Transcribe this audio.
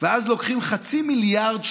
ואז לוקחים חצי מיליארד שקל,